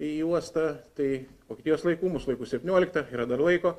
į uostą tai vokietijos laiku mūsų laiku septynioliktą yra dar laiko